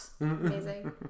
Amazing